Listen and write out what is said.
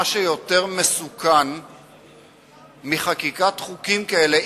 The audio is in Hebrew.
מה שיותר מסוכן מחקיקת חוקים כאלה,